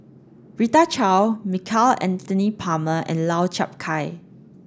Rita Chao Michael Anthony Palmer and Lau Chiap Khai